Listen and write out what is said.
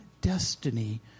destiny